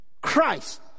Christ